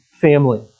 family